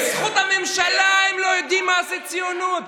בזכות הממשלה הם לא יודעים מה זה ציונות.